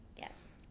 Yes